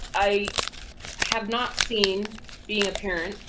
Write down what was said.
i have not seen being a parent.